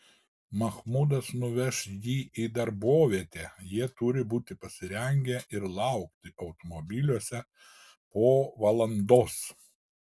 mahmudas nuveš jį į darbovietę jie turi būti pasirengę ir laukti automobiliuose po valandos